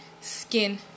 skin